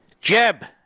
jeb